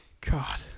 God